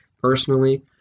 personally